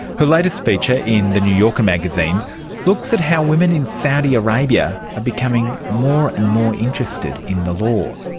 her latest feature in the new yorker magazine looks at how women in saudi arabia are becoming more and more interested in the law.